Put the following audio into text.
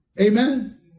Amen